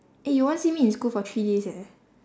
eh you won't see me in school for three days eh